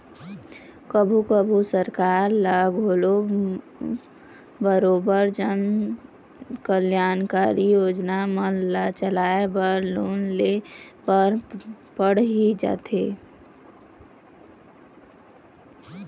कभू कभू सरकार ल घलोक बरोबर जनकल्यानकारी योजना मन ल चलाय बर लोन ले बर पड़ही जाथे